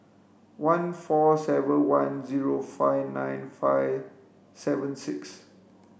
one four seven one zero five nine five seven six